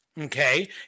okay